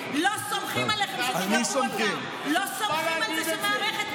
לא העובדה שאנשי מילואים לא סומכים עליכם,